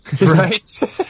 Right